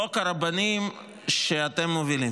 חוק הרבנים שאתם מובילים.